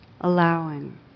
Allowing